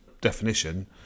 definition